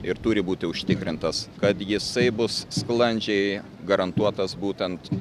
ir turi būti užtikrintas kad jisai bus sklandžiai garantuotas būtent